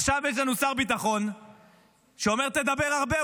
עכשיו יש לנו שר ביטחון שאומר: תדבר הרבה,